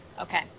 okay